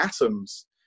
atoms